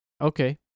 okay